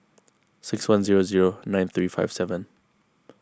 six one zero zero nine three five seven